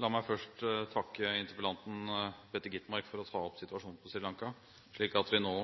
La meg først takke interpellanten Peter Skovholt Gitmark for å ta opp situasjonen på Sri Lanka, slik at vi nå,